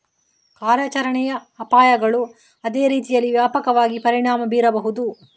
ಕಾರ್ಯಾಚರಣೆಯ ಅಪಾಯಗಳು ಅದೇ ರೀತಿಯಲ್ಲಿ ವ್ಯಾಪಕವಾಗಿ ಪರಿಣಾಮ ಬೀರಬಹುದು